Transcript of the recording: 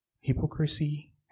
hypocrisy